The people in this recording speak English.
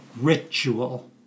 ritual